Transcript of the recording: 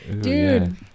Dude